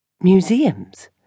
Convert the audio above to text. Museums